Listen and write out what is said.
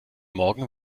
morgen